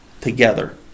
together